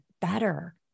better